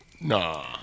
Nah